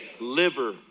Liver